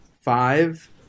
Five